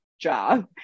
job